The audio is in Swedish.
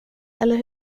eller